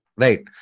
Right